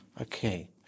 Okay